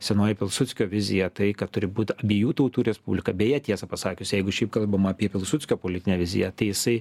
senoji pilsudskio vizija tai kad turi būt abiejų tautų respublika beje tiesą pasakius jeigu šiaip kalbama apie pilsudskio politinę viziją tai jisai